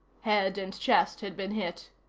head and chest had been hit.